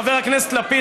חבר הכנסת לפיד,